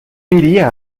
iría